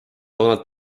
donald